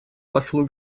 послу